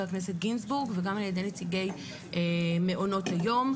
הכנסת גינזבורג וגם על ידי נציגי מעונות היום,